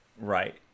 Right